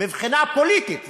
מבחינה פוליטית,